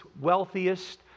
wealthiest